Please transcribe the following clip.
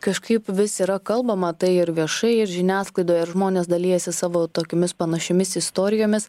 kažkaip vis yra kalbama tai ir viešai ir žiniasklaidoj ir žmonės dalijasi savo tokiomis panašiomis istorijomis